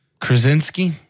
Krasinski